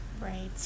Right